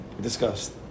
discussed